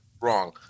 wrong